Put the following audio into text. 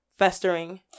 Festering